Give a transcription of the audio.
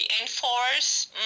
enforce